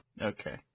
Okay